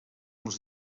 uns